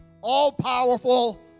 all-powerful